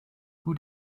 who